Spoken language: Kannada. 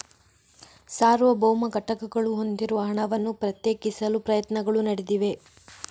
ಸಾರ್ವಭೌಮ ಘಟಕಗಳು ಹೊಂದಿರುವ ಹಣವನ್ನು ಪ್ರತ್ಯೇಕಿಸಲು ಪ್ರಯತ್ನಗಳು ನಡೆದಿವೆ